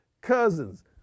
Cousins